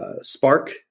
spark